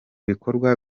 bikorwa